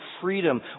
freedom